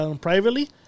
privately